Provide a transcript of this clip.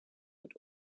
und